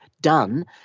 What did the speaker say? done